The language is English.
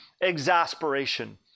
Exasperation